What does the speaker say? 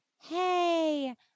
Hey